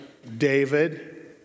David